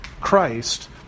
Christ